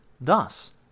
Thus